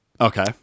okay